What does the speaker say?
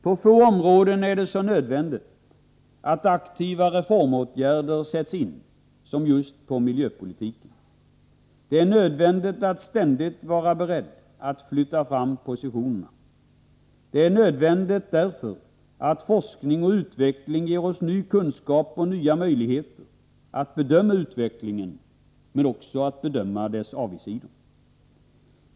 På få områden är det så nödvändigt att aktiva reformåtgärder sätts in som just på miljöpolitikens område. Det är nödvändigt att ständigt vara beredd att flytta fram positionerna. Det är nödvändigt, därför att forskning och utveckling ger oss ny kunskap och nya möjligheter att bedöma utvecklingen och dess avigsidor.